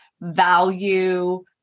value